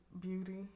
beauty